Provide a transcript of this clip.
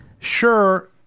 sure